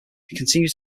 continue